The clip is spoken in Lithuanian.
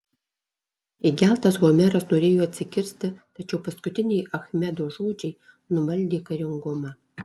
įgeltas homeras norėjo atsikirsti tačiau paskutiniai achmedo žodžiai numaldė karingumą